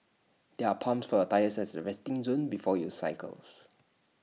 there are pumps for A tyres at the resting zone before you cycle